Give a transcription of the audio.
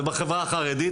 ובחברה החרדית,